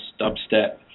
dubstep